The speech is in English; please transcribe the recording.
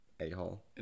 a-hole